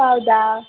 ಹೌದಾ